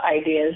ideas